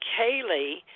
Kaylee